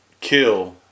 kill